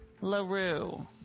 LaRue